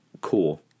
Cool